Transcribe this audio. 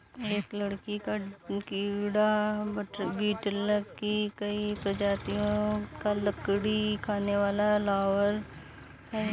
एक लकड़ी का कीड़ा बीटल की कई प्रजातियों का लकड़ी खाने वाला लार्वा है